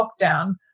lockdown